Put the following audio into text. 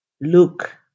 Luke